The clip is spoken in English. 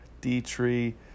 Dietrich